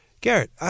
Garrett